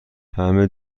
همه